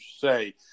say